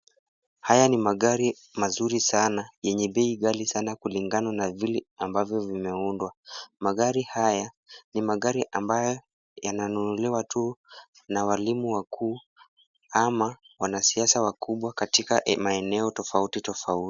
Haya ni magari mazuri sana yenye bei ghali sana kulingana na vile ambavyo vimeundwa. Magari haya ni magari ambayo yananunuliwa tu na walimu wakuu ama wanasiasa wakubwa katika maeneo tofauti tofauti.